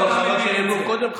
וחבל שנאמרו קודם,